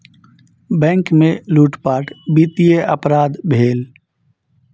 bank में लूटपाट वित्तीय अपराध भेल